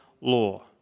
law